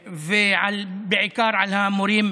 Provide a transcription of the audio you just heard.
ובעיקר על המורים,